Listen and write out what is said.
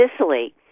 Sicily